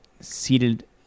seated